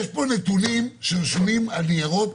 יש פה נתונים שרשומים על ניירות,